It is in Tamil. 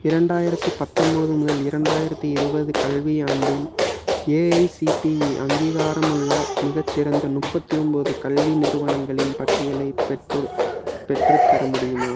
இரண்டாயிரத்து பத்தொன்பது முதல் இரண்டாயிரத்து இருபது கல்வியாண்டில் ஏஐசிடிஇ அங்கீகாரமுள்ள மிகச்சிறந்த முப்பத்து ஒன்பது கல்வி நிறுவனங்களின் பட்டியலை பெற்று பெற்றுத்தர முடியுமா